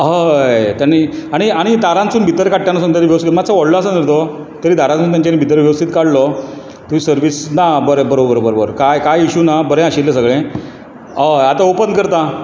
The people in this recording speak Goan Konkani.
हय आनी आनी दारांतसून भितर काडटना मातसो व्हडलो आसा न्ही रे तो तरी दारांतसून ताणी भितर वेवस्थीत काडलो थंय सर्वीस ना बरोबर कांय इशू ना बरें आशिल्लें सगळें हय आतां ऑपन करता